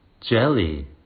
Jelly